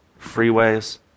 freeways